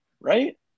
right